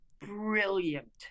brilliant